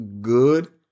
good